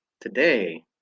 today